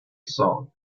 song